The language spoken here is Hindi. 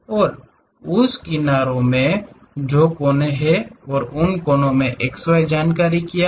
और उस किनारों में जो कोने हैं और उन कोने में xy जानकारी क्या है